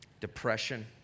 depression